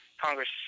Congress